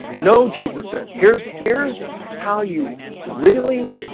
no. jesus said here's here's how you really?